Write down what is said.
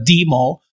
demo